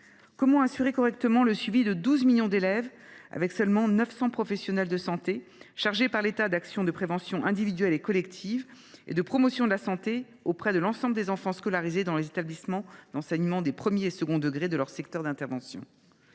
Comment assurer correctement le suivi de 12 millions d’élèves avec seulement 900 professionnels de santé, chargés par l’État d’actions de prévention individuelle et collective et de promotion de la santé auprès de l’ensemble des enfants scolarisés dans les établissements d’enseignement des premier et second degrés de leur secteur d’intervention ?